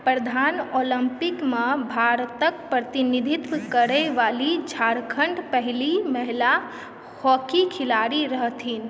प्रधान ओलम्पिकमे भारतके प्रतिनिधित्व करैवाली झारखण्डके पहिल महिला हॉकी खिलाड़ी रहथिन